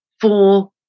four